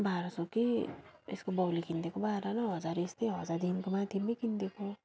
बाह्र सय कि यसको बउले किनिदिएको बाह्र न हजार यस्तै हजारदेखिन्को माथि नै किनिदिएको